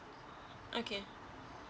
okay